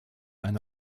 eine